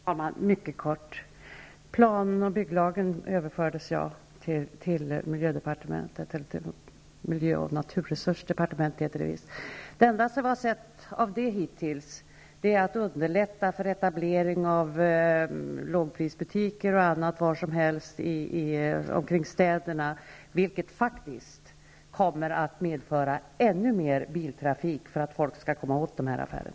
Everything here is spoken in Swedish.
Herr talman! Mycket kort: Plan och bygglagen överfördes till miljö och naturresursdepartementet. Det enda som vi hittills har sett som resultat av detta är att man underlättat etablering av lågprisbutiker och annat var som helst omkring städerna, vilket faktiskt kommer att medföra ännu mer biltrafik för att folk skall komma åt dessa affärer.